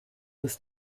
was